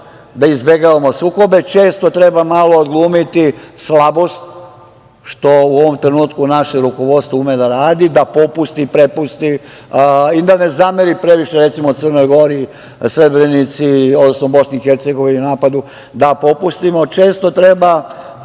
da izbegavamo sukobe, često treba malo odglumiti slabost, što u ovom trenutku naše rukovodstvo ume da radi, da popusti, prepusti, i da ne zameri previše, recimo, Crnoj Gori, Srebrenici, odnosno BiH, na napadu, da popustimo. To je